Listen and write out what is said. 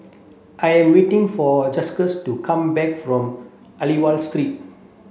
I am waiting for Justus to come back from Aliwal Street